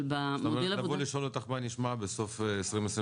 זאת אומרת שאני יכול לבוא ולשאול אותך מה נשמע בסוף 2022?